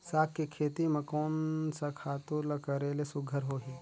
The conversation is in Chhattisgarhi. साग के खेती म कोन स खातु ल करेले सुघ्घर होही?